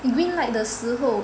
green light 的时候